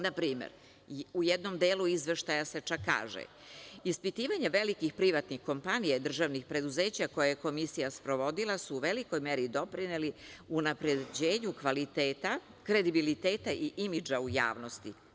Na primer, u jednom delu izveštaja se čak kaže – ispitivanje velikih privatnih kompanija i državnih preduzeća koje je Komisija sprovodila su u velikoj meri doprineli unapređenju kvaliteta, kredibiliteta i imidža u javnosti.